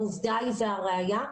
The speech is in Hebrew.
העובדה היא והראיה,